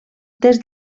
des